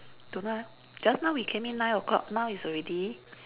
don't know ah just now we come in nine o-clock now is already